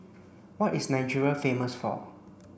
what is Nigeria famous for